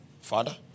Father